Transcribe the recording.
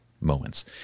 moments